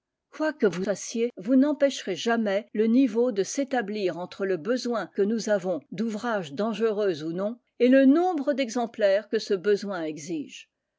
quoi que vous fassiez vous n'empêcherez jamais le niveau de s'établir entre le besoin que nous avons d'ouvrages dangereux ou non et le nombre d'exemplaires que ce besoin exige